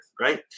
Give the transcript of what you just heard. right